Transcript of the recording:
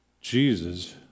Jesus